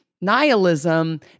Nihilism